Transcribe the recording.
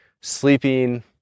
sleeping